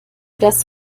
das